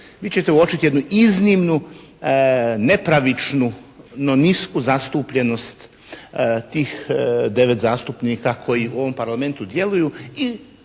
Vi ćete uočiti jednu iznimnu nepravičnu no nisku zastupljenost tih 9 zastupnika koji u ovom Parlamentu djeluju i